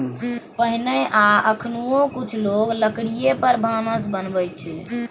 पहिने आ एखनहुँ कुछ लोक लकड़ी पर भानस बनबै छै